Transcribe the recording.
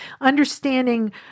understanding